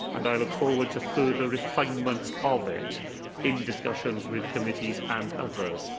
and i look forward to further refinements of it in discussions with committees and others.